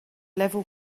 level